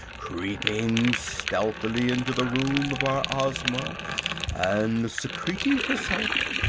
creeping stealthily into the room of our ozma and secreting herself,